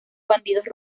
bandidos